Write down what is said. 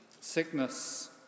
sickness